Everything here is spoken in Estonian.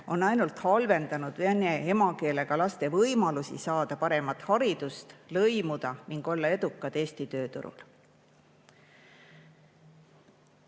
on ainult halvendanud vene emakeelega laste võimalusi saada paremat haridust, lõimuda ning olla edukad Eesti tööturul.